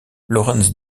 laurens